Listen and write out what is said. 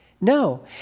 No